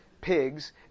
pigs